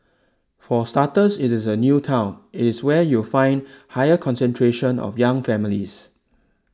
for starters it is a new town it is where you'll find higher concentration of young families